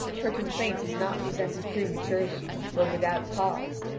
her complaint is not presented prematurely or without cause,